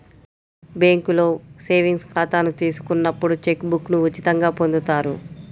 బ్యేంకులో సేవింగ్స్ ఖాతాను తీసుకున్నప్పుడు చెక్ బుక్ను ఉచితంగా పొందుతారు